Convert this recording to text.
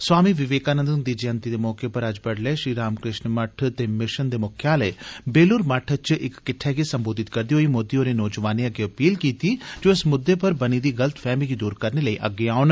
स्वामी विवेकानंद हुन्दी जयंति दे मौके पर अज्ज बडलै श्री रामकृष्ण मठ ते मिशन दे मुख्यालय बेल्लुर मठ च इक किट्ठै गी संबोधित करदे होई मोदी होरे नौजवानें अग्गे अपील कीती जे ओह् इस मुद्दे पर बनी दी गल्तफैहमी गी दूर करने लेई अग्गे औन